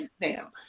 now